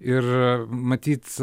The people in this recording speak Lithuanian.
ir matyt